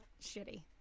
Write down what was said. shitty